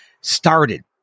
started